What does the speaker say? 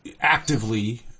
actively